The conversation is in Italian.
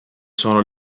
sono